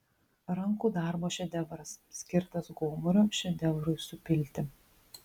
rankų darbo šedevras skirtas gomurio šedevrui supilti